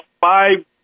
five